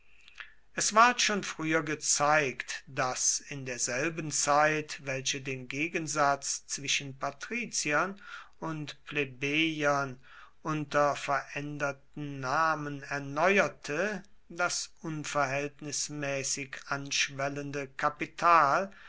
es ward schon früher gezeigt daß in derselben zeit welche den gegensatz zwischen patriziern und plebejern unter veränderten namen erneuerte das unverhältnismäßig anschwellende kapital